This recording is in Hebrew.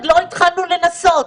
עוד לא התחלנו לנסות.